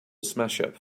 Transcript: smashup